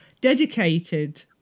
dedicated